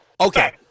Okay